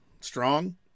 strong